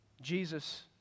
Jesus